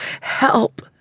Help